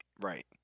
Right